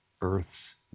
earth's